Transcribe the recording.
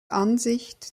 ansicht